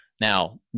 Now